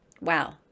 Wow